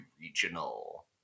regional